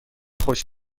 خوش